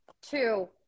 two